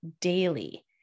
daily